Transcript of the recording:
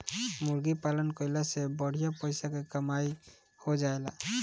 मुर्गी पालन कईला से बढ़िया पइसा के कमाई हो जाएला